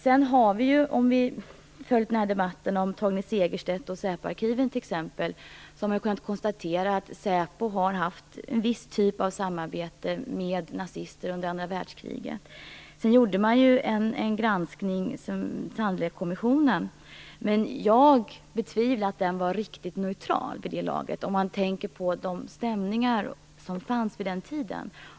Vi har följt debatten om Torgny Segerstedt och säpoarkiven, t.ex. Man har kunnat konstatera att säpo har haft en viss typ av samarbete med nazister under andra världskriget. Det gjordes en granskning - Sandlerkommissionen. Jag betvivlar att den var riktigt neutral, om man tänker på de stämningar som fanns vid den tiden.